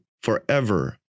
forever